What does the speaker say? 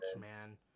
man